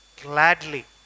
gladly